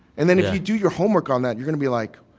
and then if you do your homework on that, you're going to be like.